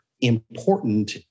important